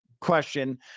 question